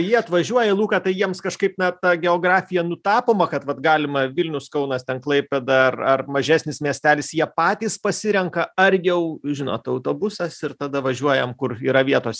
jie atvažiuoja luka tai jiems kažkaip na ta geografija nutapoma kad vat galima vilnius kaunas ten klaipėda ar ar mažesnis miestelis jie patys pasirenka ar jau žinot autobusas ir tada važiuojam kur yra vietos